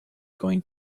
going